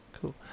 Cool